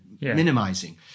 minimizing